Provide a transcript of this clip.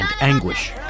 anguish